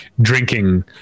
drinking